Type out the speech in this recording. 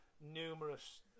numerous